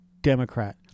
Democrat